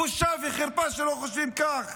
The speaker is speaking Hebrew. בושה וחרפה שלא חושבים כך.